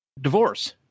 divorce